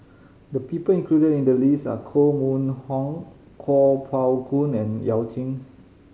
the people included in the list are Koh Mun Hong Kuo Pao Kun and Yao Zi